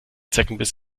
zeckenbiss